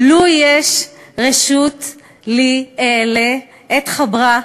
/ לוּ יש רשות לי אעלה אתחברה,